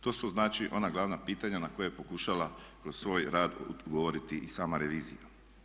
To su znači ona glavna pitanja na koja je pokušala kroz svoj rad odgovoriti i sama revizija.